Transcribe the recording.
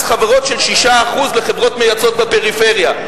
חברות של 6% לחברות מייצאות בפריפריה.